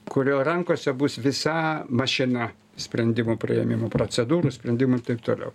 kurio rankose bus visa mašina sprendimų priėmimų procedūrų sprendimų ir taip toliau